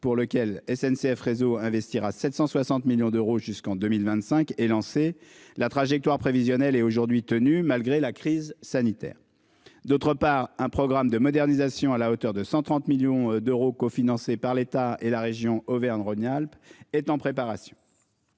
pour lequel SNCF réseau investira 760 millions d'euros jusqu'en 2025 et lancé la trajectoire prévisionnelle est aujourd'hui tenu malgré la crise sanitaire. D'autre part, un programme de modernisation à la hauteur de 130 millions d'euros cofinancés par l'État et la région. Auvergne-Rhône-Alpes est en préparation.